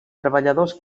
treballadors